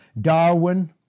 Darwin